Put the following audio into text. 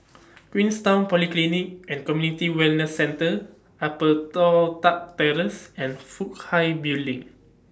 Queenstown Polyclinic and Community Wellness Centre Upper Toh Tuck Terrace and Fook Hai Building